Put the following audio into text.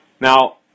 Now